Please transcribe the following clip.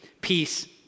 peace